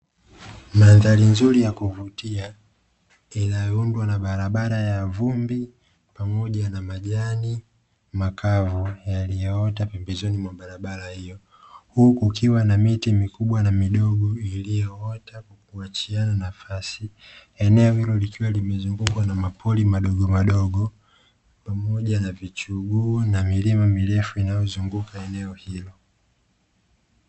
Mandhari nzuri ya kuvutia inayoundwa na barabara ya vumbi pamoja na majani makavu yaliyoota pembezoni mwa barabara hiyo huku kukiwa na miti mikubwa na midogo iliyoota kwa kuachiana nafasi. Eneo hilo likiwa limezungukwa na mapori madogomadogo pamoja na vichuguu na milima mirefu inayozunguka eneo hilo.